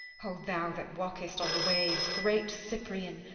o thou that walkest on the waves, great cyprian,